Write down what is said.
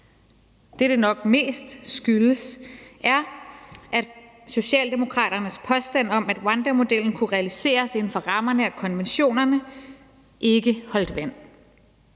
Det, det nok mest skyldes, er, at Socialdemokraternes påstand om, at rwandamodellen kunne realiseres inden for rammerne af konventionerne, ikke holdt vand.